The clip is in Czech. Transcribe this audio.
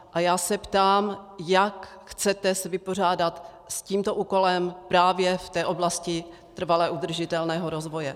A já se ptám, jak se chcete vypořádat s tímto úkolem právě v oblasti trvale udržitelného rozvoje.